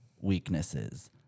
weaknesses